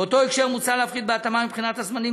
באותו הקשר מוצע להפחית בהתאמה מבחינת הזמנים